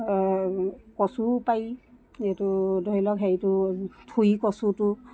কচুও পাৰি এইটো ধৰি লওক সেইটো ঠুৰী কচুটো